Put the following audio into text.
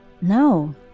No